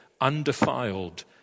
undefiled